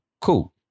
Cool